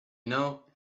know